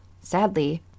Sadly